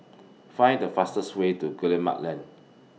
Find The fastest Way to Guillemard Lane